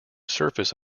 surface